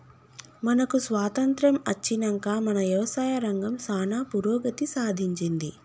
మనకు స్వాతంత్య్రం అచ్చినంక మన యవసాయ రంగం సానా పురోగతి సాధించింది